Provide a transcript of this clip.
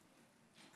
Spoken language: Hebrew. תודה, אדוני היושב-ראש.